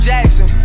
Jackson